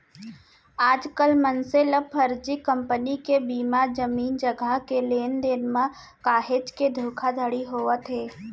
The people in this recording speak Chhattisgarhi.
आजकल मनसे ल फरजी कंपनी के बीमा, जमीन जघा के लेन देन म काहेच के धोखाघड़ी होवत हे